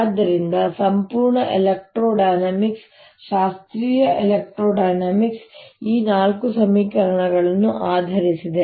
ಆದ್ದರಿಂದ ಸಂಪೂರ್ಣ ಎಲೆಕ್ಟ್ರೋಡೈನಾಮಿಕ್ಸ್ ಶಾಸ್ತ್ರೀಯ ಎಲೆಕ್ಟ್ರೋಡೈನಾಮಿಕ್ಸ್ ಈ ನಾಲ್ಕು ಸಮೀಕರಣಗಳನ್ನು ಆಧರಿಸಿದೆ